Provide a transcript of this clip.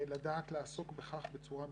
לדעת לעסוק בכך בצורה מתקדמת,